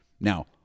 Now